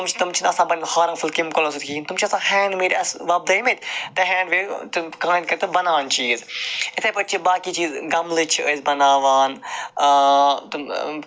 تم چھِ نہٕ آسان بَنیمٕتۍ یارم فُل کیٚمِکَلَو سۭتۍ کِہیٖنۍ ہینٛڈ میڈ اَسہِ ووٚپدٲومٕتۍ تہٕ ہینٛڈ میڈ تم کانہ تہِ بنان چیٖز اِتھے پٲٹھۍ چھِ باقے چیٖز کملہٕ چھِ أسۍ بناوان تم